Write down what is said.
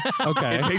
okay